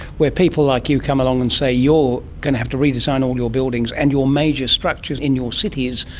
where people like you come along and say, you're going to have to redesign all your buildings and your major structures in your cities,